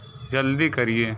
जल्दी करिए